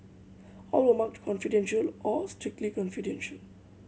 all were marked confidential or strictly confidential